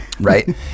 Right